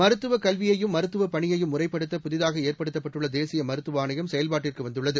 மருத்துவக் கல்வியையும் மருத்துவப் பணியையும் முறைப்படுத்த புதிதாக ஏற்படுத்தப்பட்டுள்ள தேசிய மருத்துவ ஆணையம் செயல்பாட்டுக்கு வந்துள்ளது